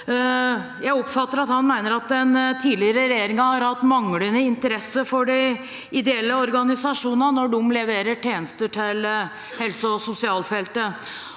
Jeg oppfatter at han mener at den tidligere regjeringen har hatt manglende interesse for de ideelle organisasjonene når de leverer tjenester til helse- og sosialfeltet.